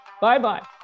Bye-bye